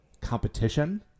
competition